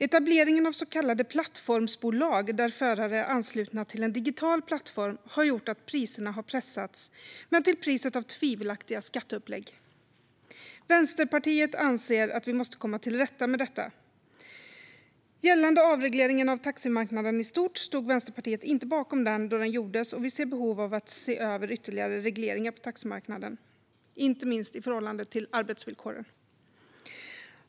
Etableringen av så kallade plattformsbolag där förare är anslutna till en digital plattform har gjort att priserna har pressats, men det har skett till priset av tvivelaktiga skatteupplägg. Vänsterpartiet anser att vi måste komma till rätta med detta. Gällande avregleringen av taximarknaden i stort stod Vänsterpartiet inte bakom den när den genomfördes, och vi anser att det finns ett behov av att se över ytterligare regleringar av taximarknaden, inte minst i förhållande till arbetsvillkoren.